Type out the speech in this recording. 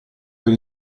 per